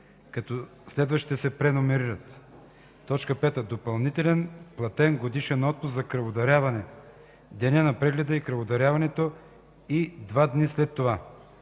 следващите се преномерират: „5. допълнителен платен годишен отпуск за кръводаряване – деня за прегледа и кръводаряването и два дни след това;